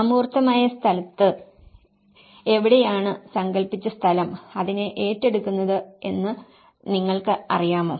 അമൂർത്തമായ സ്ഥലത്ത് എവിടെയാണ് സങ്കൽപ്പിച്ച സ്ഥലം അതിനെ ഏറ്റെടുക്കുന്നത് എന്ന് നിങ്ങൾക്കറിയാമോ